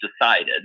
decided